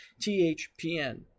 THPN